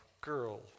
Girl